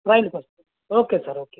ట్రైన్కొ okay sir okay